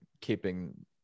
keeping